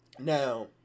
now